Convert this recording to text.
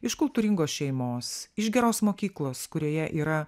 iš kultūringos šeimos iš geros mokyklos kurioje yra